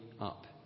up